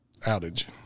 outage